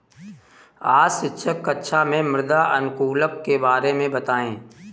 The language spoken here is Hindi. आज शिक्षक कक्षा में मृदा अनुकूलक के बारे में बताएं